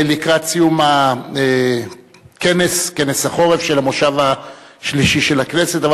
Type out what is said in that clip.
לקראת סיום כנס החורף של המושב השלישי של הכנסת.